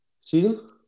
season